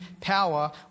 power